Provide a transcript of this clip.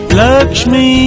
Lakshmi